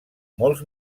molts